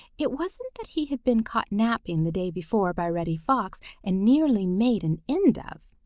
it wasn't that he had been caught napping the day before by reddy fox and nearly made an end of.